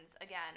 again